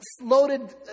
loaded